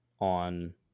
on